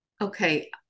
Okay